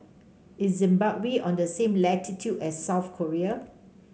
is Zimbabwe on the same latitude as South Korea